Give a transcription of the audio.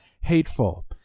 hateful